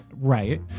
Right